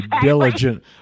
diligent